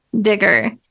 digger